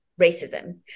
racism